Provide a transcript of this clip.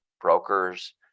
brokers